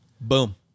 Boom